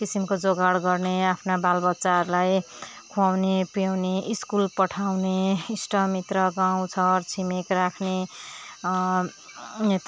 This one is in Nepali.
किसिमको जोगाड गर्ने आफ्ना बाल बच्चाहरूलाई खुवाउने पिलाउने स्कुल पठाउने इष्ट मित्र गाँउ छर छिमेक राख्ने यता